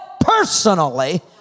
Personally